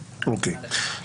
אוקיי.